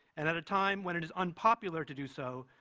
and at a time when it is unpopular to do so,